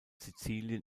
sizilien